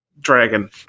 dragon